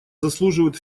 заслуживают